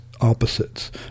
opposites